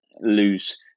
lose